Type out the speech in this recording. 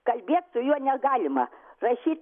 kalbėt su juo negalima rašyt